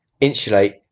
insulate